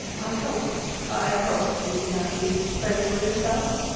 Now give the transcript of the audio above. i hope i hope you do not cease to pray for yourself?